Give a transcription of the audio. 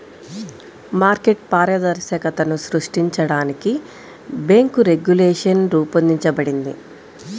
market పారదర్శకతను సృష్టించడానికి bank regulation రూపొందించబడింది